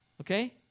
Okay